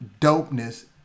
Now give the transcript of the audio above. dopeness